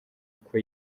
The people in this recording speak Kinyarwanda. uko